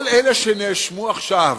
כל אלה שנאשמו עכשיו,